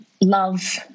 love